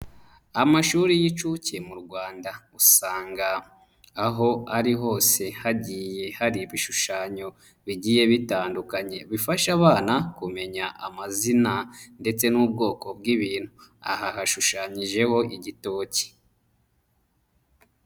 Amashuri y'incuke mu rwanda usanga aho ari hose hagiye hari ibishushanyo bigiye bitandukanye bifasha abana kumenya amazina ndetse n'ubwoko bw'ibintu aha hashushanyijeho igitoki.